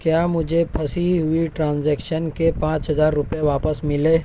کیا مجھے پھنسی ہوئی ٹرانزیکشن کے پانچ ہزار روپے واپس ملے